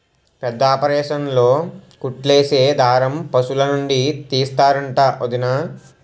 పెద్దాపరేసన్లో కుట్లేసే దారం పశులనుండి తీస్తరంట వొదినా